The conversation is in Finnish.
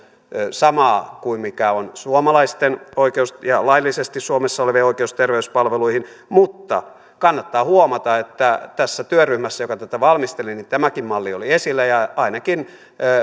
samaa kuin mikä on suomalaisten ja laillisesti suomessa olevien oikeus terveyspalveluihin mutta kannattaa huomata että työryhmässä joka tätä valmisteli tämäkin malli oli esillä ja ainakin